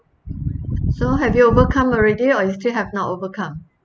so have you overcome already or you still have not overcome